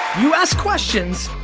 you ask questions,